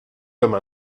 comme